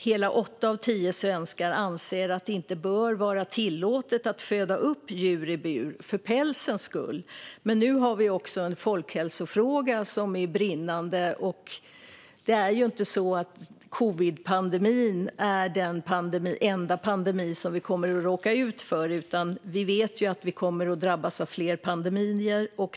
Hela åtta av tio svenskar anser att det inte bör vara tillåtet att föda upp djur i bur för pälsens skull, men nu har vi också en brinnande folkhälsofråga. Det är ju inte så att covidpandemin är den enda pandemi vi kommer att råka ut för, utan vi vet att vi kommer att drabbas av fler pandemier.